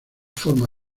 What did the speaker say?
forma